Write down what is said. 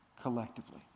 collectively